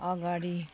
अगाडि